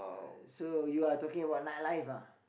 uh so you are taking about nightlife ah